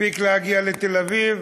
הספיק להגיע לתל-אביב,